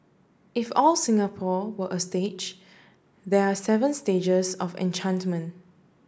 if all Singapore were a stage there are seven stages of enchantment